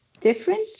different